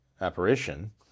apparition